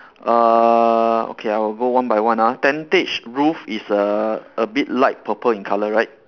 uh okay I will go one by one ah tentage roof is a a bit light purple in color right